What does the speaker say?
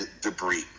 debris